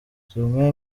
zimwe